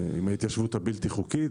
ההתיישבות הבלתי חוקית,